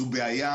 זו בעיה.